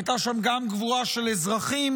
הייתה שם גם גבורה של אזרחים,